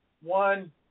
one